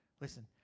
Listen